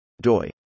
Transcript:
DOI